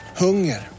hunger